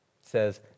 says